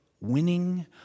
winning